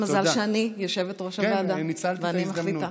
ואיזה מזל שאני יושבת-ראש הוועדה ואני מחליטה.